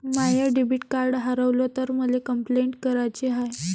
माय debit card हारवल तर मले कंपलेंट कराची हाय